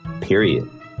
period